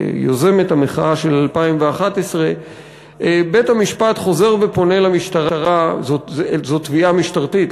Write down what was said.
יוזמת המחאה של 2011. בית-המשפט חוזר ופונה למשטרה זאת תביעה משטרתית,